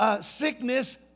Sickness